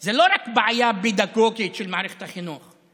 זה לא רק בעיה פדגוגית של מערכת החינוך,